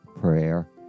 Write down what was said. prayer